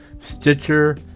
Stitcher